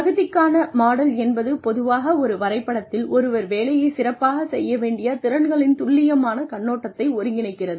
தகுதிக்கான model என்பது பொதுவாக ஒரு வரைபடத்தில் ஒருவர் வேலையைச் சிறப்பாகச் செய்ய வேண்டிய திறன்களின் துல்லியமான கண்ணோட்டத்தை ஒருங்கிணைக்கிறது